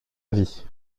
vie